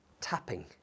tapping